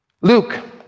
Luke